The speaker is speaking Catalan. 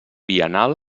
biennal